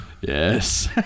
Yes